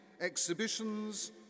exhibitions